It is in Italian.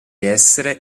essere